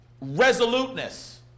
resoluteness